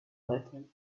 flattened